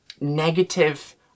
negative